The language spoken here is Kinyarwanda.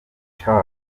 child